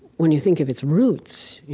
when you think of its roots,